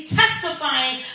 testifying